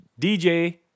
DJ